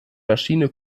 maschine